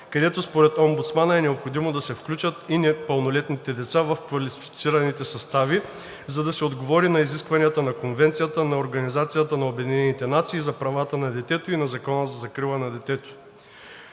където според омбудсмана е необходимо да се включат и непълнолетните лица в квалифицираните състави, за да се отговори на изискванията на Конвенцията на Организацията на обединените нации за правата на детето и на Закона за закрила на детето.